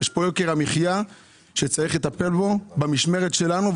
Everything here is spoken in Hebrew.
יש פה יוקר מחיה שצריך לטפל בו במשמרת שלנו,